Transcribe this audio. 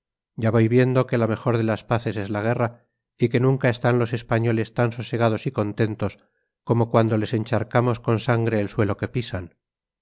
ya voy viendo que la mejor de las paces es la guerra y que nunca están los españoles tan sosegados y contentos como cuando les encharcamos con sangre el suelo que pisan